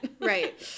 Right